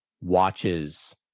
watches